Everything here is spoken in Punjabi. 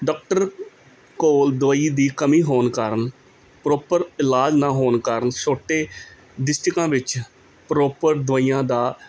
ਡਾਕਟਰ ਕੋਲ ਦਵਾਈ ਦੀ ਕਮੀ ਹੋਣ ਕਾਰਨ ਪ੍ਰੋਪਰ ਇਲਾਜ ਨਾ ਹੋਣ ਕਾਰਨ ਛੋਟੇ ਡਿਸਟਰਿਕਾਂ ਵਿੱਚ ਪ੍ਰੋਪਰ ਦਵਾਈਆਂ ਦਾ